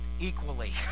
equally